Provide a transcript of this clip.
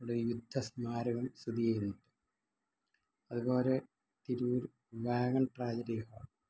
ഇവിടെ യുദ്ധസ്മാരകം സ്ഥിതി ചെയ്യുന്നു അതുപോലെ തിരൂർ വാഗൺ ട്രാജഡി ഹാൾ